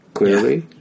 Clearly